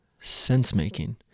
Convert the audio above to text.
Sensemaking